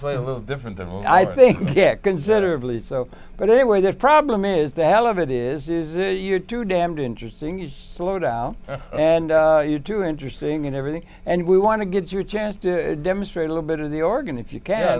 play a little different the whole i think yeah considerably so but anyway the problem is the hell of it is if you're too damned interesting it's slow down and you too interesting and everything and we want to get your chance to demonstrate a little bit of the organ if you can